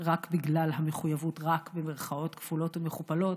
רק בגלל המחויבות, "רק" במירכאות כפולות ומכופלות,